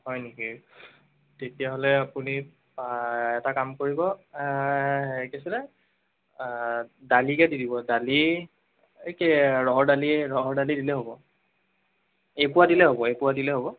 হয় নেকি তেতিয়াহ'লে আপুনি এটা কাম কৰিব হেৰি কি আছিলে দালিকে দি দিব দালি কি ৰহৰ দালি ৰহৰ দালি দি দিলেই হ'ব এপোৱা দিলে হ'ব এপোৱা দিলে হ'ব